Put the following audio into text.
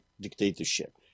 dictatorship